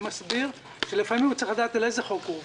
אני מסביר שלפעמים הוא צריך לדעת על איזה חוק הוא עובר,